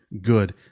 good